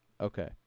okay